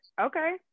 Okay